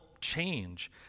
change